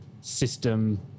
system